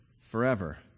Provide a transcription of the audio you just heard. forever